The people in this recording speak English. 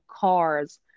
cars